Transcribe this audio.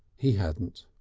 he hadn't.